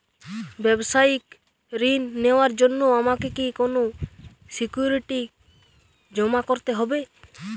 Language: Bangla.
ব্যাবসায়িক ঋণ নেওয়ার জন্য আমাকে কি কোনো সিকিউরিটি জমা করতে হবে?